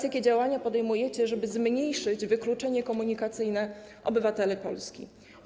Jakie działania podejmujecie, żeby zmniejszyć wykluczenie komunikacyjne obywateli Polski?